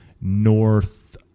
North